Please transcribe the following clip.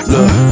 Look